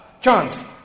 chance